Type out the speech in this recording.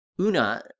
Una